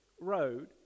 road